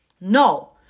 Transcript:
no